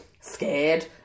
scared